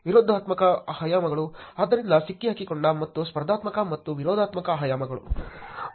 ವಿರೋಧಾತ್ಮಕ ಆಯಾಮಗಳು ಆದ್ದರಿಂದ ಸಿಕ್ಕಿಹಾಕಿಕೊಂಡ ಮತ್ತು ಸ್ಪರ್ಧಾತ್ಮಕ ಮತ್ತು ವಿರೋಧಾತ್ಮಕ ಆಯಾಮಗಳು